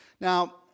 Now